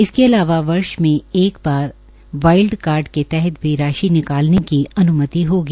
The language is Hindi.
इसके अलावा उन्हें वर्ष में एक बार वाइल्ड कार्ड के तहत भी राशि निकालने की अन्मति होगी